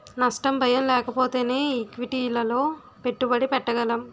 నష్ట భయం లేకపోతేనే ఈక్విటీలలో పెట్టుబడి పెట్టగలం